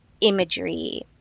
imagery